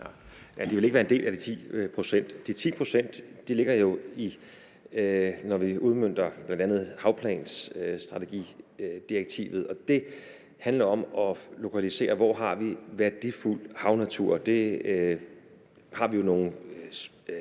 Det vil ikke være en del af de 10 pct. De 10 pct. ligger jo, når vi udmønter bl.a. havplanstrategidirektivet. Det handler om at lokalisere, hvor vi har værdifuld havnatur, og det har vi jo nogle